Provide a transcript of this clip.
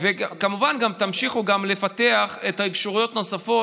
וכמובן גם תמשיכו לפתח את האפשרויות הנוספות,